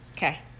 Okay